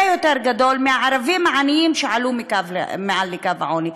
יותר גדול משל הערבים העניים שעלו מעל לקו העוני.